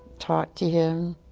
talk to him.